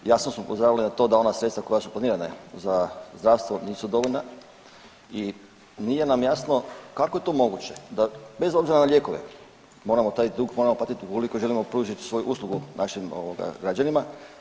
Jasno smo upozoravali na to da ona sredstva koja su planirana za zdravstvo nisu dovoljna i nije nam jasno kako je to moguće, da bez obzira na lijekove moramo taj dug platiti ukoliko želimo pružiti svoju uslugu našim građanima.